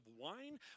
wine